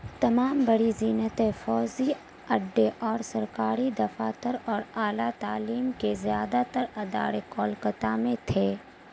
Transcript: تمام بڑی زینتیں فوزی اڈے اور سرکاری دفاتر اور اعلیٰ تعلیم کے زیادہ تر ادارے کولکاتہ میں تھے